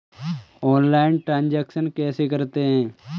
Online transaction कैसे करते हैं?